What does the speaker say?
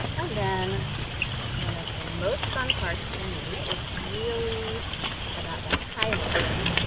and then one of the most fun parts for me is really about the highlighter.